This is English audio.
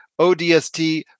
ODST